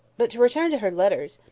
but to return to her letters.